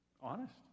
Honest